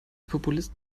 populist